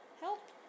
Help